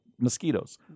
mosquitoes